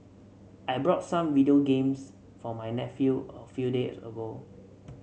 I bought some video games for my nephew a few days ago